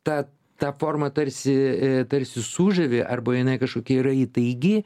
ta ta forma tarsi tarsi sužavi arba jinai kažkokia yra įtaigi